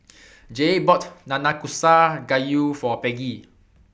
Jay bought Nanakusa Gayu For Peggy